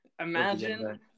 Imagine